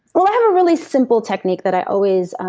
um i have a really simple technique that i always um